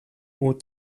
aux